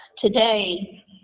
today